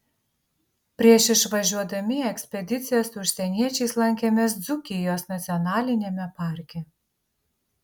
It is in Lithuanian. prieš išvažiuodami į ekspediciją su užsieniečiais lankėmės dzūkijos nacionaliniame parke